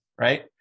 right